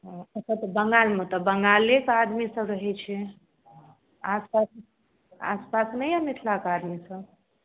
एतय तऽ बङ्गालमे तऽ बङ्गालेके आदमीसभ रहै छै आसपास आसपास नहि यए मिथलाक आदमी